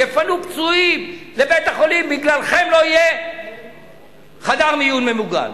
יפנו פצועים לבית-חולים ובגללכם לא יהיה חדר מיון ממוגן.